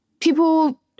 people